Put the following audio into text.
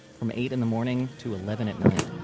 from eight in the morning to eleven at night.